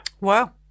Wow